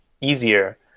easier